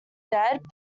dead